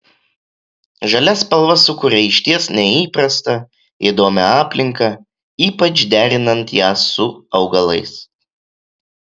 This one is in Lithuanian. žalia spalva sukuria išties neįprastą įdomią aplinką ypač derinant ją su augalais